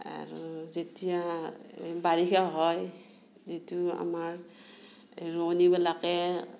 আৰু যেতিয়া বাৰিষা হয় যিটো আমাৰ ৰোৱনীবিলাকে